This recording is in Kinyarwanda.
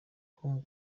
com